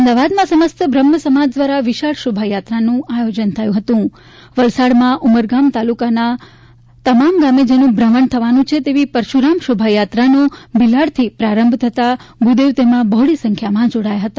અમદાવાદમાં સમસ્ત બ્રહ્મસમાજ દ્વારા વિશાળ શોભાયાત્રાનું આયોજન થયું હતું તો વલસાડમાં ઊમરગામ તાલુકાના તમામ ગામે જેનું ભ્રમણ થવાનું છે તેવી પરશુરામ શોભાયાત્રાનો ભિલાડથી પ્રારંભ થતાં ભૂદેવ તેમાં બહોળી સંખ્યામાં જોડાયા હતા